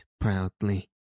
proudly